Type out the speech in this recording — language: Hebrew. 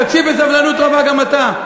תקשיב בסבלנות רבה גם אתה.